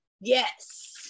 Yes